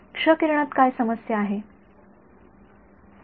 क्ष किरणात काय समस्या आहे